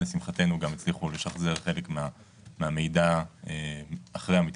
לשמחתנו גם הצליחו לשחזר חלק מהמידע אחרי המתקפה.